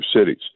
cities